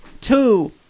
two